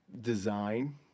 design